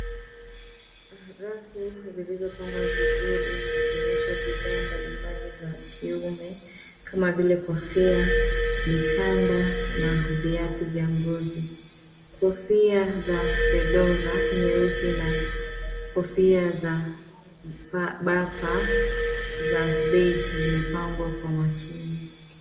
Rafu zilizopangwa vizuri zikionyesha bidhaa mbalimbali za kiume, kama vile kofia, mikanda na viatu vya ngozi, kofia za fedora nyeusi na kofia za bapa za bei zimepangwa kwa makini.